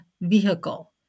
vehicle